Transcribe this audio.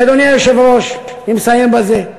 כי, אדוני היושב-ראש, אני מסיים בזה,